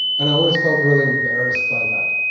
and always felt really embarrassed by that,